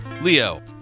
Leo